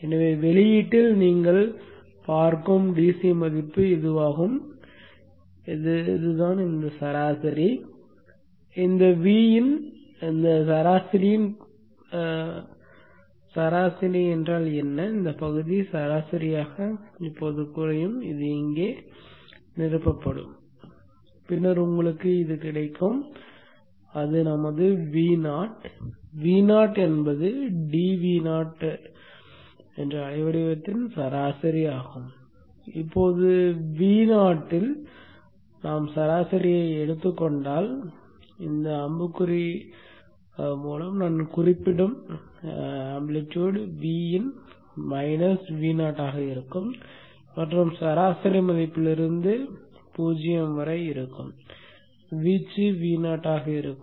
எனவே வெளியீட்டில் நீங்கள் பார்க்கும் DC மதிப்பு இதுவாகும் ஏனெனில் இது இதன் சராசரி இந்த Vin இந்தப் பகுதியின் சராசரி என்ன இந்தப் பகுதி சராசரியாகக் குறையும் இது இங்கே நிரப்பப்படும் பின்னர் உங்களுக்கு கிடைக்கும் அது நமது Vo Vo என்பது dVin என்பது அலைவடிவத்தின் சராசரி இப்போது Vo இல் சராசரியை எடுத்துக் கொண்டால் அம்புக்குறி மூலம் நான் குறிப்பிடும் வீச்சு Vin மைனஸ் Vo ஆக இருக்கும் மற்றும் சராசரி மதிப்பிலிருந்து 0 வரை இருக்கும் வீச்சு Vo ஆக இருக்கும்